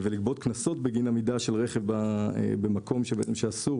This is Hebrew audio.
ולגבות קנסות בגין עמידה של רכב במקום שאסור